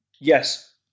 Yes